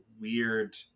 weird